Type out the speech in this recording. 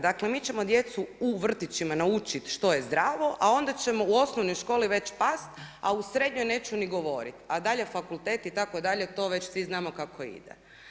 Dakle mi ćemo djecu u vrtićima naučiti što je zdravo a onda ćemo u osnovnoj školi već pasti a u srednjoj neću ni govoriti a dalje fakultet itd., to već svi znamo kako ide.